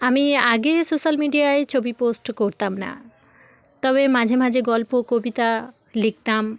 আমি আগে সোশ্যাল মিডিয়ায় ছবি পোস্ট করতাম না তবে মাঝে মাঝে গল্প কবিতা লিখতাম